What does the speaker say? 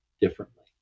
differently